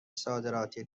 صادراتی